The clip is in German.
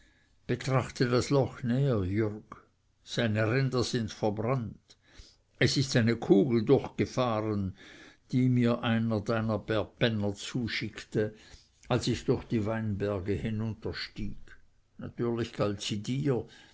betrachte das loch näher jürg seine ränder sind verbrannt es ist eine kugel durchgefahren die mir einer deiner berbenner zuschickte als ich durch die weinberge hinunterstieg natürlich galt sie dir